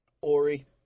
Ori